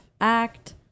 act